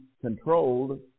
controlled